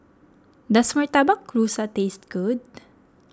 does Murtabak Rusa taste good